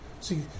See